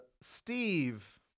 Steve